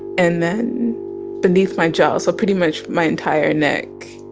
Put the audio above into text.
and then beneath my jaw. so pretty much my entire neck.